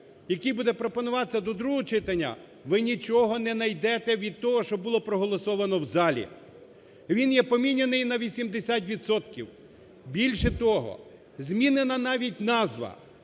який буде пропонуватися до другого читання, ви нічого не найдете від того, що було проголосовано в залі, він є поміняний на 80 відсотків, більше того, змінена навіть назва.